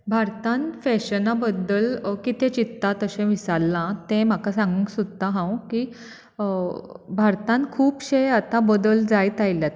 भारतांत फॅशना बद्दल कितें चित्तात अशें विचारलां तें म्हाका सांगूंक सोदतां हांव की भारतांत खूबशे आतां बदल जायत आयल्यात